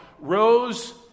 rose